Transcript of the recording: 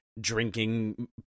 drinking